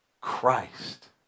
Christ